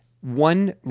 one